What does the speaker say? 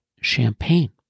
champagne